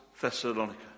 Thessalonica